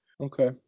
Okay